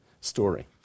story